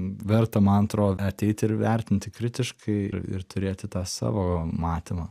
verta man atrodo ateiti ir vertinti kritiškai ir turėti tą savo matymą